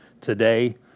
today